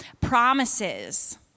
promises